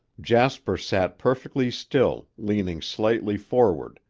jasper sat perfectly still, leaning slightly forward,